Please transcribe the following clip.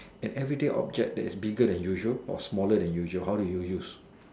and everyday object that is bigger than usual or smaller than usual how would you use